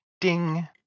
ding